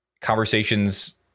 conversations